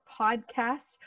podcast